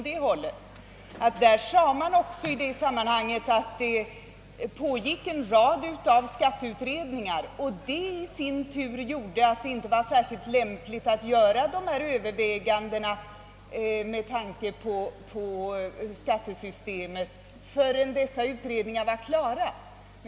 I det sammanhanget sades också från utredningens sida, att det pågick en rad skatteutredningar och att det i sin tur gjorde att det inte var särskilt lämpligt att göra några Överväganden beträffande skattesystemet förrän utredningarna var klara.